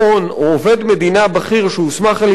או עובד מדינה בכיר שהוסמך על-ידו,